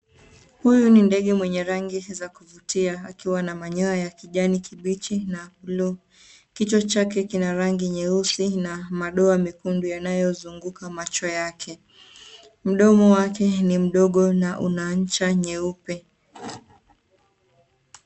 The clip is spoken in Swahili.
Huyu ni ndege mwenye rangi za kuvutia, akiwa na manyoya ya kijani kibichi, na bluu. Kichwa chake kina rangi nyeusi, na madoa mekundu yanayozunguka macho yake. Mdomo wake ni mdogo na una ncha nyeupe.